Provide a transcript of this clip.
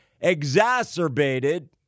exacerbated